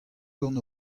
gant